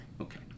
Okay